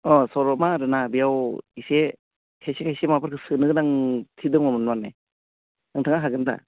अ सल'मा आरोना बेयाव इसे खायसे खायसे माबाफोरखौ सोनो गोनांथि दङमोन माने नोंथाङा हागोनदा